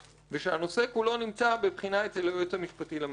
ושהנושא כולו נמצא בבחינה אצל היועץ המשפטי לממשלה.